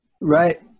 Right